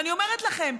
אני אומרת לכם,